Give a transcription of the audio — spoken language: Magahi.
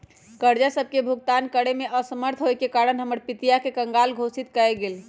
कर्जा सभके भुगतान करेमे असमर्थ होयेके कारण हमर पितिया के कँगाल घोषित कएल गेल